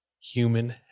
human